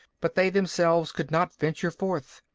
but they themselves could not venture forth,